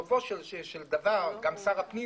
שר הפנים